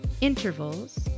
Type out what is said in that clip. Intervals